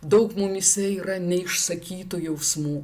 daug mumyse yra neišsakytų jausmų